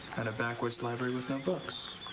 and a backwards library with no books.